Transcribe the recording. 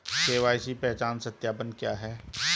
KYC पहचान सत्यापन क्या है?